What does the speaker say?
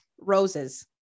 roses